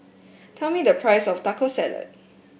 tell me the price of Taco Salad